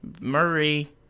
Murray